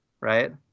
right